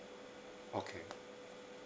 okay